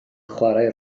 chwarae